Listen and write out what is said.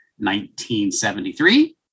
1973